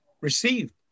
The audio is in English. received